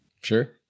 Sure